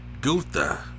Gutha